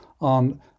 on